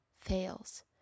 fails